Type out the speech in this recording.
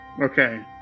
Okay